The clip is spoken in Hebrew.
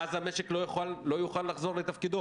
ואז המשק לא יוכל לחזור לתפקד.